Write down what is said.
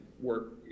work